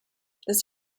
this